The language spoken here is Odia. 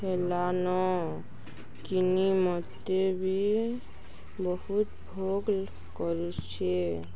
ହେଲାନ କିିନି ମୋତେ ବି ବହୁତ ଭୋକ୍ କରୁଛେ